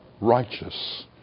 righteous